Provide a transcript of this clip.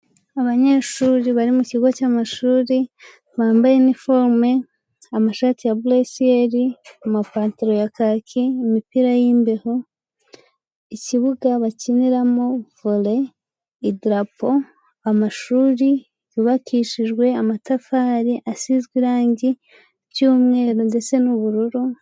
Abanyeshuri bari mu kigo cy'amashuri, bambaye iniforume, amashati ya buresiyeli, amapantaro ya kaki, imipira y'imbeho. Ikibuga bakiniramo vole, idarapo, amashuri yubakishijwe amatafari asizwe irangi ry'umweru ndetse n'ubururu.